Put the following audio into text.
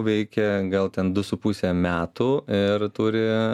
veikia gal ten du su puse metų ir turi